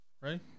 right